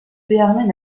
béarnais